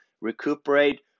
recuperate